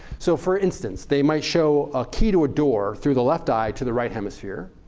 so for instance, they might show a key to a door through the left eye to the right hemisphere.